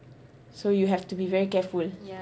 so you have to be very careful